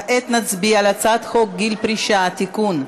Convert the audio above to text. כעת נצביע הצעת חוק גיל פרישה (תיקון,